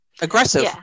aggressive